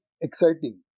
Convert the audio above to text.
exciting